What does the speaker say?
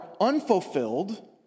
unfulfilled